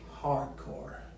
hardcore